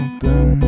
Open